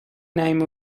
name